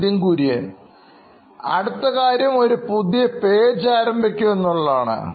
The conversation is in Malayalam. Nithin Kurian COO Knoin Electronics അടുത്ത കാര്യം ഒരു പുതിയ പേജ് ആരംഭിക്കും എന്നുള്ളതാണ്